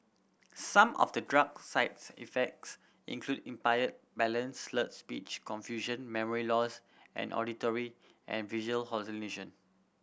some of the drug's side effects include impaired balance slurred speech confusion memory loss and auditory and visual hallucination